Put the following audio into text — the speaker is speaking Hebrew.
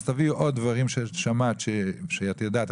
אז תביאו עוד דברים ששמעת שאת יודעת,